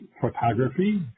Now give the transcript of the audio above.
photography